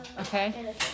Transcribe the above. okay